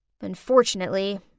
Unfortunately